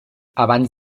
abans